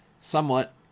Somewhat